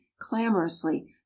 clamorously